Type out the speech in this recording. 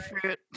fruit